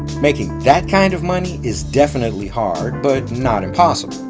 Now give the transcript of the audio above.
making that kind of money is definitely hard, but not impossible.